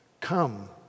come